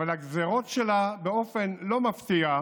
אבל הגזרות שלה, באופן לא מפתיע,